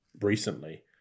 recently